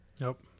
Nope